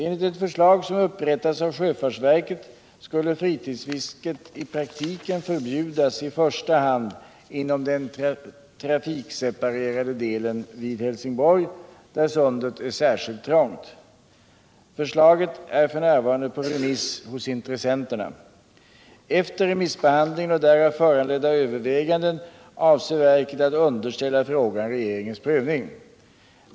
Enligt ett förslag som upprättats av sjöfartsverket skulle fritidsfisket i praktiken förbjudas i första hand inom den trafikseparerade delen vid Helsingborg, där sundet är särskilt trångt. Förslaget är f. n. på remiss hos intressenterna. Efter remissbehandlingen och därav föranledda överväganden avser verket att underställa frågan regeringens prövning.